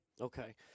Okay